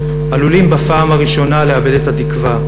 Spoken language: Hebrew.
עלולים בפעם הראשונה לאבד את התקווה.